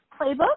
playbook